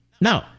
No